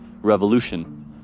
revolution